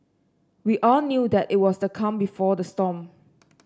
we all knew that it was the calm before the storm